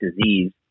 disease